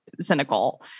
cynical